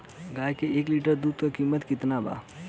गाय के एक लीटर दूध कीमत केतना बा?